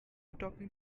talking